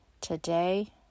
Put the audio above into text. today